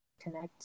connect